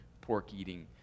pork-eating